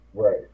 Right